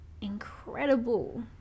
incredible